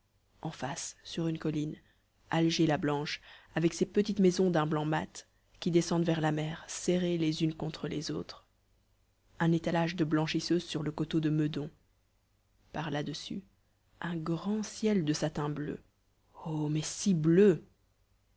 en face sur une colline alger la blanche avec ses petites maisons d'un blanc mat qui descendent vers la mer serrées les unes contre les autres un étalage de blanchisseuse sur le coteau de meudon par là-dessus un grand ciel de satin bleu oh mais si bleu